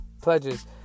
pledges